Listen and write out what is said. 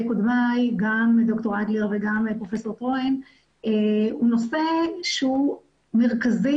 קודמיי גם ד"ר אדלר וגם פרופ' טרואן הוא נושא שהוא מרכזי